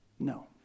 No